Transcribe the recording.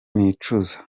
nicuza